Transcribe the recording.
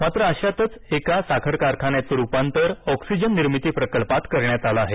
मात्र अशातच आता एका साखऱ कारखान्याचं रुपांतर ऑक्सिजन निर्मिती प्रकल्पात कऱण्यात आलं आहे